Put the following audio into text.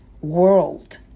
world